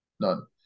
None